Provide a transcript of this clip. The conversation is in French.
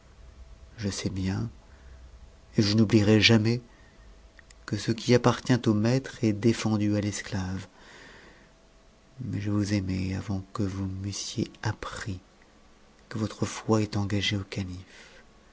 je sais bien et je ne l'oublierai jamais que ce qui appartient au maître est défendu à l'esclave mais je vous aimais avant que vous m'eussiez appris que votre foi est engagée au